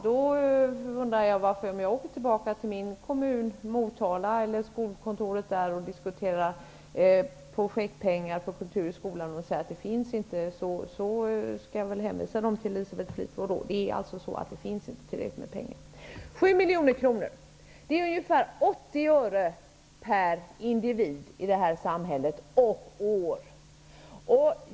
Om jag åker hem till skolkontoret i min hemkommun Motala för att diskutera projektpengar till kultur i skolan och man säger att det inte finns några, kan jag alltså hänvisa till Elisabeth Fleetwood. Faktum är att det inte finns tillräckligt med pengar. 7 miljoner kronor är ungefär 80 öre per individ i det här samhället och år.